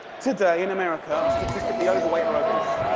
today, in america, are statistically overweight or obese.